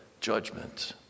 judgment